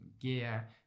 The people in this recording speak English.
gear